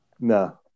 No